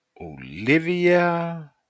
Olivia